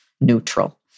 neutral